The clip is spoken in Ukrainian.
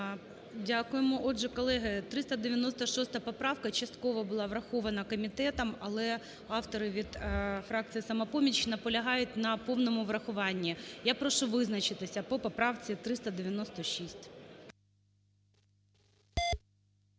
Дякуємо. Отже, колеги, 396 поправка частково була врахована комітетом, але автор від фракції "Самопоміч" наполягає на повному врахуванні. Я прошу визначитися по поправці 396.